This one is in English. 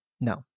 No